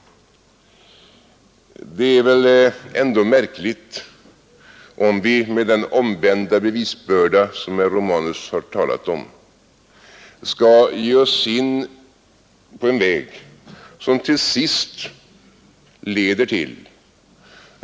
Det är väl ändå bra märkligt om vi med den omvända bevisbörda som herr Romanus här talat om skall beträda en väg, som till sist leder till förbud.